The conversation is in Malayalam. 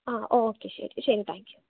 ആ ഓക്കെ ശരി ശരി താങ്ക് യൂ